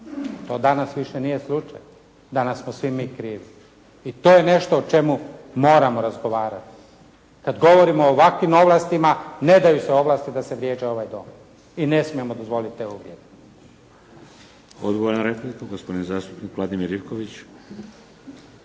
to danas više nije slučaj. Danas smo svi mi krivi. I to je nešto o čemu moramo razgovarati. Kad govorimo o ovakvim ovlastima, ne daju se ovlasti da se vrijeđa ovaj Dom i ne smijemo dozvoliti te uvrijede.